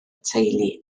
teulu